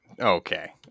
Okay